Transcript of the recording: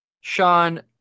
Sean